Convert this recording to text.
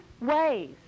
ways